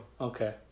Okay